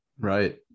Right